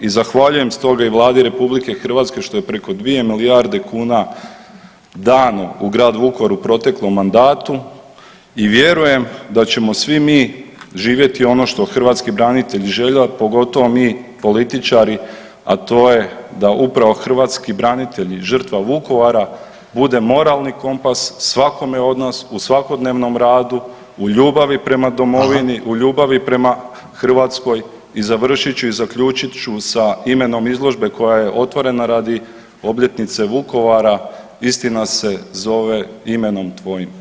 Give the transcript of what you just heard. I zahvaljujem stoga i Vladi RH što je preko 2 milijarde kuna dano u grad Vukovar u proteklom mandatu i vjerujem da ćemo svi mi živjeti ono što hrvatski branitelji žele, pogotovo mi političari, a to je da upravo hrvatski branitelji žrtva Vukovara bude moralni kompas svakome od nas u svakodnevnom radu, u ljubavi prema domovini [[Upadica: Hvala]] u ljubavi prema Hrvatskoj i završit ću i zaključit ću sa imenom izložbe koja je otvorena radi obljetnice Vukovara „Istina se zove imenom Tvojim!